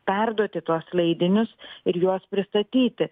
perduoti tuos leidinius ir juos pristatyti